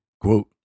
quote